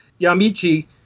Yamichi